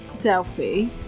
Delphi